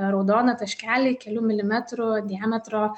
raudoną taškelį kelių milimetrų diametro